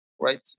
Right